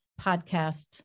podcast